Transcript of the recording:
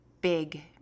big